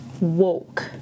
woke